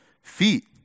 feet